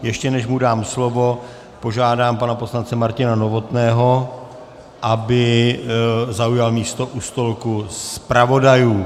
Ještě než mu dám slovo, požádám pana poslance Martina Novotného, aby zaujal místo u stolku zpravodajů.